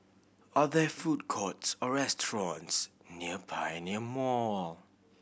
are there food courts or restaurants near Pioneer Mall